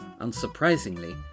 unsurprisingly